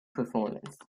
performance